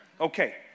Okay